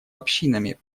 общинами